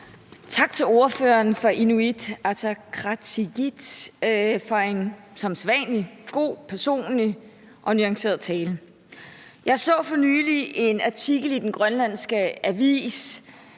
Tak til ordføreren for Inuit Ataqatigiit for en som sædvanlig god, personlig og nuanceret tale. Jeg så for nylig en artikel i den grønlandske avis